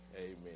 Amen